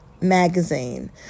Magazine